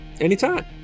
Anytime